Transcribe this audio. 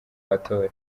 matora